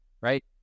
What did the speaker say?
right